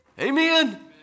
Amen